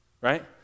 right